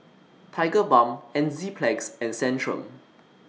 Tigerbalm Enzyplex and Centrum